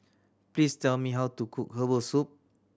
please tell me how to cook herbal soup